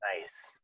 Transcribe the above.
Nice